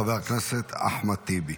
חבר הכנסת אחמד טיבי.